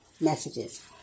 messages